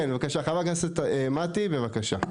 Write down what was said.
כן, בבקשה, חברת הכנסת מטי בבקשה.